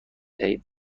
دهیم